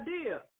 idea